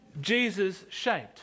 Jesus-shaped